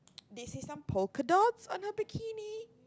do you see some polka dots on her bikini